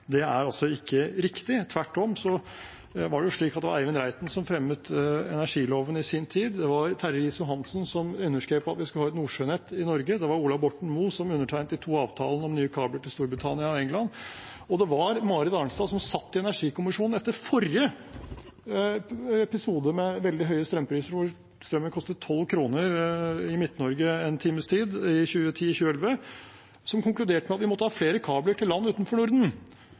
det er altså ikke riktig. Tvert om var det Eivind Reiten som fremmet energiloven i sin tid. Det var Terje Riis-Johansen som underskrev på at vi skal ha et nordsjønett i Norge. Det var Ola Borten Moe som undertegnet de to avtalene om nye kabler til Storbritannia og England. Og det var Marit Arnstad som satt i energikommisjonen etter forrige episode med veldig høye strømpriser, hvor strømmen koster 12 kr i Midt-Norge en times tid i 2010–2011, og som konkluderte med at vi måtte ha flere kabler til land utenfor Norden.